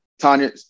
Tanya